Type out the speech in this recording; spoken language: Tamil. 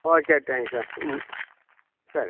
ஓகே தேங்க்ஸ் சார் ம் சரி